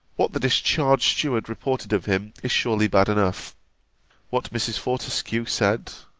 what the discharged steward reported of him is surely bad enough what mrs. fortescue said,